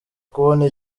kubona